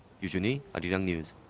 yu joonhee, arirang news.